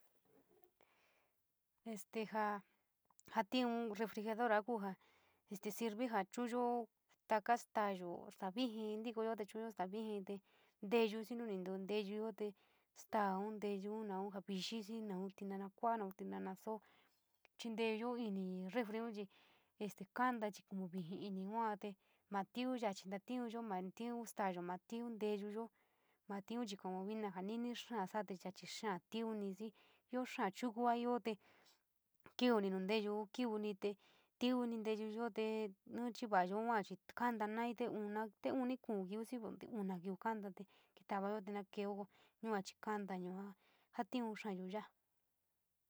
este joo jatiun refrigerador te joo sirve ja chauyo taka stoayo, sta viiji ntitoyo te chuujo va staa viiji inteyo, xi no nintio teyo stouo, inteyo, nouo viiki tiimaa kuou, tiinaa soo, chinteyo tin te fuuo chi este kanta chipanouou viixa tin teu jo teuyoo, no yuu chuuje te no yuu so te yuu saaiiouu tua niou tui niteye tua ti teupe tii, tae inu naa te no uou joo inna te uno, te unii, te kuu kii xiii. Ia unuu kii kootia te kii tavayo na keeo te yua chi kanta yua ja tiun xaayo yaa.